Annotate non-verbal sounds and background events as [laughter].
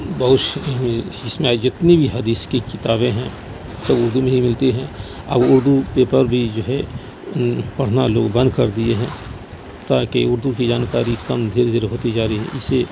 بہت [unintelligible] اس میں جتنی بھی حدیث کی کتابیں ہیں سب اردو میں ہی ملتی ہیں اب اردو کے طور پہ جو ہے پڑھنا لوگ بند کر دیے ہیں تاکہ اردو کی جانکاری کم دھیرے دھیرے ہوتی جا رہی ہے اسے